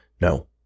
No